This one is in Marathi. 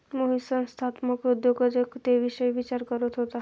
मोहित संस्थात्मक उद्योजकतेविषयी विचार करत होता